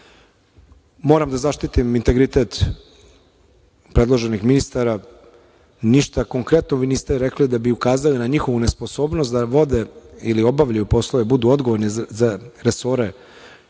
da zaštitim integritet predloženih ministara. Ništa konkretno mi niste rekli da bi ukazali na njihovu sposobnost da vode ili obavljaju poslove, budu odgovorni za resore